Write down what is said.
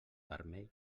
vermell